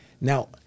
Now